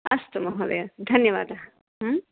अस्तु महोदय धन्यवादः हा